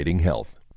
health